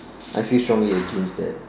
I feel strongly against that